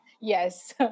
Yes